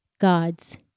God's